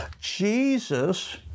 Jesus